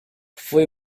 foi